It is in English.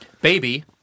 Baby